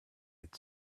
had